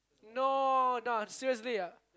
no nah seriously ah